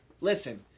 Listen